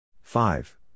five